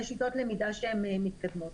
יש שיטות למידה שהן מתקדמות.